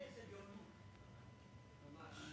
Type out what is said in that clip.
איזו גאונות, ממש.